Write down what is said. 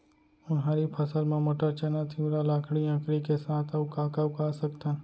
उनहारी फसल मा मटर, चना, तिंवरा, लाखड़ी, अंकरी के साथ अऊ का का उगा सकथन?